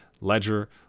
ledger